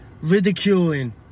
ridiculing